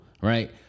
right